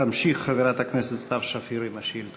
תמשיך חברת הכנסת סתיו שפיר עם השאילתות.